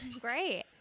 Great